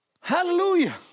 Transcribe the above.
Hallelujah